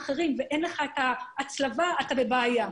ואין לך את ההצלבה, אז אתה בבעיה.